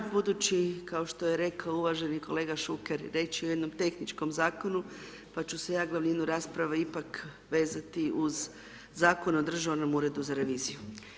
Budući kao što je rekao uvaženi kolega Šuker, riječ je o jednom tehničkom Zakonu, pa ću se ja glavninu rasprave ipak vezati uz Zakon o državnom uredu za reviziju.